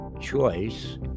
choice